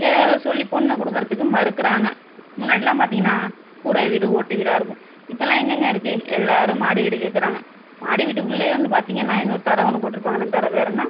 ஏதேதோ சொல்லி பொண்ணை கொடுக்குறத்துக்கு மறுக்கிறாங்க முன்னாடிலாம் பார்த்திங்கன்னா கூரை வீடு ஓட்டு வீடாக இருக்கும் இப்போ எல்லாம் எங்கேங்க இருக்கு எல்லோரும் மாடி வீடு கேட்குறாங்க மாடி வீட்டுக்குள்ளேயே வந்து பார்த்திங்கன்னா இந்த ஒரு தரை ஒன்று போட்டிருப்பாங்கலே அந்த தரை பேர் என்ன